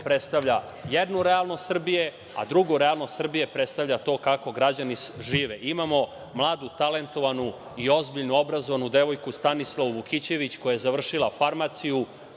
predstavlja jednu realnost Srbije, a drugu realnost Srbije predstavlja to kako građani žive. Imamo mladu, talentovanu i ozbiljnu obrazovanu devojku Stanislavu Vukićević koja je završila farmaciju,